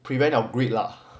prevent your greed lah